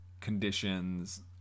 conditions